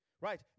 right